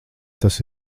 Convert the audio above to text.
tas